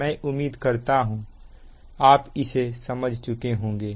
मैं उम्मीद करता हूं आप इतना समझ चुके होंगे